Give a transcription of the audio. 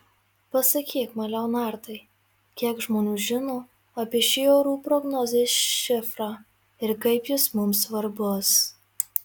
pasakyk man leonardai kiek žmonių žino apie šį orų prognozės šifrą ir kaip jis mums svarbus